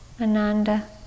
Ananda